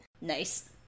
Nice